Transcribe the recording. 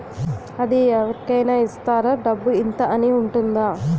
అది అవరి కేనా ఇస్తారా? డబ్బు ఇంత అని ఉంటుందా?